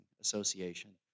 association